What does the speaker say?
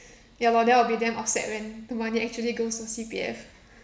ya lor then I will be damn upset man when the money actually goes to C_P_F